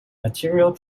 material